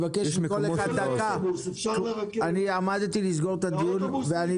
מתחילת הדיון הזה עוברים לי